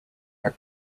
are